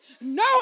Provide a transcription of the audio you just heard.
No